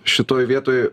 šitoj vietoj